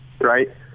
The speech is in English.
right